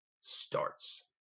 starts